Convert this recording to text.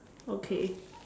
okay